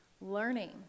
learning